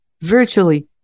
virtually